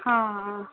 हां आं